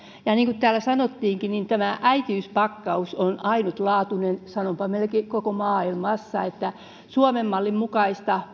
niin kuin täällä sanottiinkin äitiyspakkaus on ainutlaatuinen sanonpa melkein koko maailmassa suomen mallin mukaista